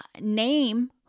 name